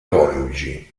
coniugi